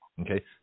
Okay